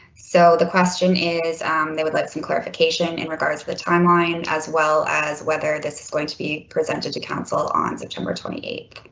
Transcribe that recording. so the question is they would like some clarification in regards to the timeline as well as whether this is going to be presented to council on september twenty eighth.